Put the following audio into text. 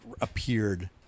appeared